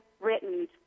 written